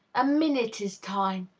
a minute is time.